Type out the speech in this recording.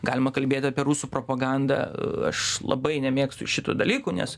galima kalbėt apie rusų propagandą aš labai nemėgstu šitų dalykų nes